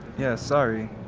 yeah, sorry.